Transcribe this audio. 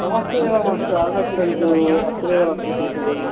समस्या एव मास्तु आगच्छन्तु अत्रैव लभ्यते खलु